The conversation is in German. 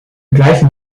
gleichen